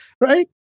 right